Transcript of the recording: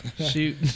Shoot